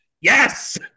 Yes